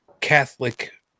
Catholic